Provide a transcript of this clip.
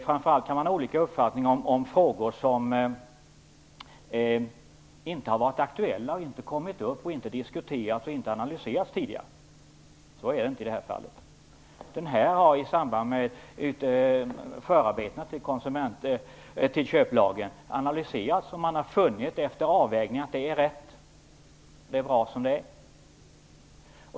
Framför allt kan man ha olika uppfattning om frågor som inte har varit aktuella, inte har kommit upp och inte har diskuterats och analyserats tidigare. Så är det inte i det här fallet. Det här har analyserats i samband med förarbetena till köplagen, och man har efter avvägning funnit att det är rätt och bra som det är.